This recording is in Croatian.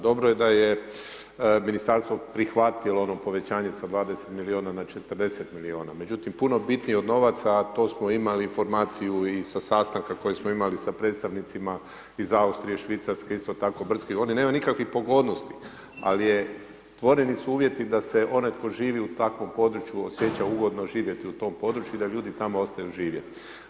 Dobro je da je ministarstvo prihvatilo ono povećanje sa 20 miliona na 40 miliona, međutim puno bitnije od novaca, a to smo imali informaciju i sa sastanka koji smo imali sa predstavnicima iz Austrije, Švicarske isto tako brdski, oni nemaju nikakvih pogodnosti, ali je stvoreni su uvjeti da se onaj tko živi u takvom području osjeća ugodno živjeti u tom području i da ljudi tamo ostaju živjeti.